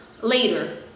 later